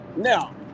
Now